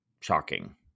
shocking